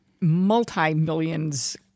multi-millions